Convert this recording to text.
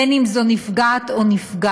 בין אם זו נפגעת או נפגע,